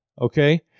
okay